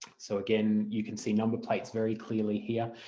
so again you can see number plates very clearly here.